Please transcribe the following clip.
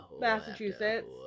Massachusetts